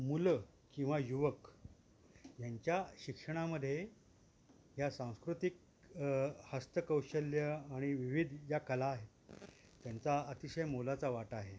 मुलं किंवा युवक ह्यांच्या शिक्षणामध्ये ह्या सांस्कृतिक हस्तकौशल्य आणि विविध ज्या कला आहेत त्यांचा अतिशय मोलाचा वाट आहे